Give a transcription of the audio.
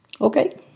okay